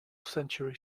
century